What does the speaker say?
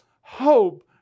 hope